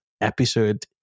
episode